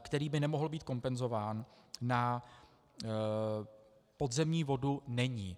který by nemohl být kompenzován, na podzemní vodu není.